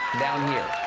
down here.